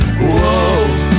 Whoa